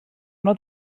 nad